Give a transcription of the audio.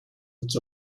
its